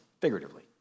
figuratively